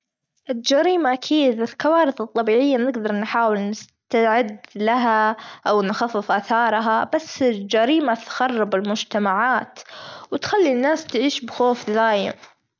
الجريمة أكيد الكوارث الطبيعية نقدر نحاول نس- نستعد لها، أو نخفف آثارها بس الجريمة بتخرب المجتمعات، وتخلي الناس تعيش في خوف دايم.